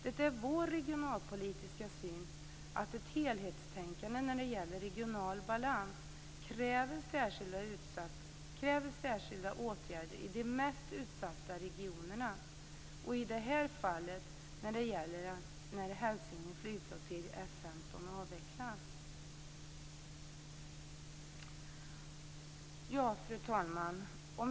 Det är vår regionalpolitiska syn att ett helhetstänkande när det gäller regional balans kräver särskilda åtgärder i de mest utsatta regionerna. I det här fallet gäller det när Hälsinge flygflottilj, F 15, avvecklas. Fru talman!